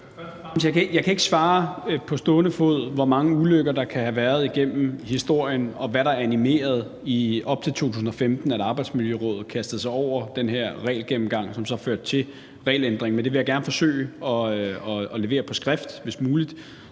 Jeg kan ikke på stående fod svare, hvor mange ulykker der kan have været igennem historien, og hvad der animerede Arbejdsmiljørådet til i 2015 at kaste sig over den her regelgennemgang, som så førte til regelændringen. Men det svar vil jeg gerne forsøge at levere på skrift, hvis det